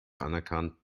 anerkannt